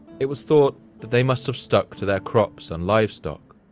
it was thought that they must have stuck to their crops and livestock,